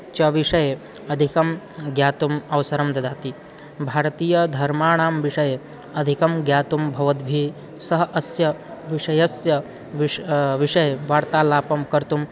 च विषये अधिकं तुम् अव्सरं ददाति भारतीयधर्माणां बिषये अधिकं ज्ञातुं भवद्भिः सह अस्य विषयस्य विष् विषये वार्तालापं कर्तुं